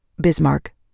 Bismarck